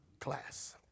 class